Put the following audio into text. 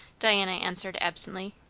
diana answered absently.